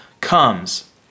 comes